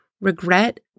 regret